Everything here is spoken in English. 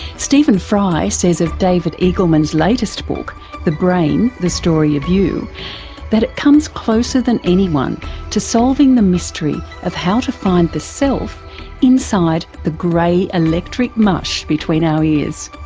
stephen fry says of david eagleman's latest book the brain the story of you that it comes closer than anyone to solving the mystery of how to find the self inside the grey electric mush between our ears.